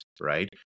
right